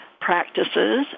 practices